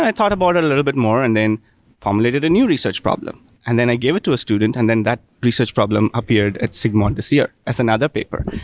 i thought about it a little bit more and then formulated a new research problem. and then i gave it to a student and then that research problem appeared at sigmod this year as another paper.